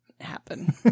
happen